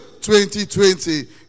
2020